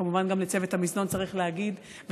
כמובן גם לצוות המזנון צריך להגיד תודה,